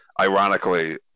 ironically